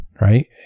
right